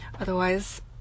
Otherwise